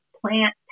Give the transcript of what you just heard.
plant